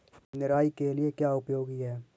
निराई के लिए क्या उपयोगी है?